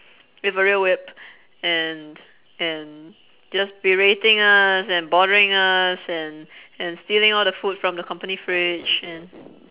with a real whip and and just berating us and bothering us and and stealing all the food from the company fridge and